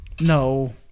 No